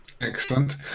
Excellent